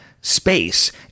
space